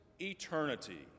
eternity